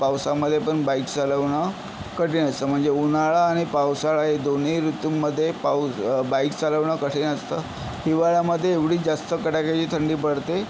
पावसामध्ये पण बाईक चालवणं कठीण असतं म्हणजे उन्हाळा आणि पावसाळा हे दोन्ही ऋतूंमध्ये पाऊस बाईक चालवणं कठीण असतं हिवाळ्यामध्ये एवढी जास्त कडाक्याची थंडी पडते